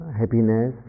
happiness